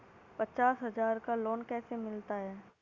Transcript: पचास हज़ार का लोन कैसे मिलता है?